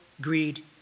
greed